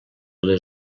les